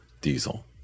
diesel